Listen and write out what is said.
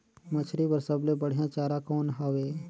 मछरी बर सबले बढ़िया चारा कौन हवय?